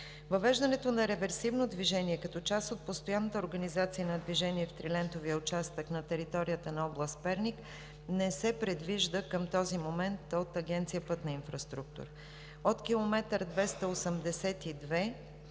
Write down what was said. Въвеждането на реверсивно движение като част от постоянната организация на движение в трилентовия участък на територията на област Перник не се предвижда към този момент от Агенция „Пътна инфраструктура“. От км 282+485